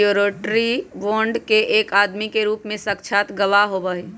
surety bond एक आदमी के रूप में साक्षात गवाह होबा हई